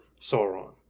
Sauron